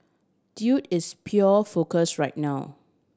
dude is pure focus right now